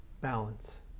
Balance